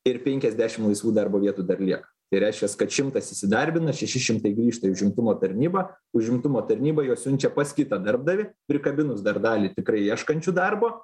ir penkiasdešim laisvų darbo vietų dar lieka tai reiškias kad šimtas įsidarbina šeši šimtai grįžta į užimtumo tarnybą užimtumo tarnyba juos siunčia pas kitą darbdavį prikabinus dar dalį tikrai ieškančių darbo